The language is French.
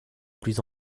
plus